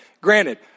granted